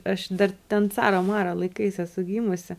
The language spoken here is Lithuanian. aš dar ten caro maro laikais esu gimusi